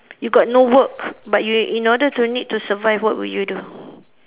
you got no work but you in order to need to survive what would you do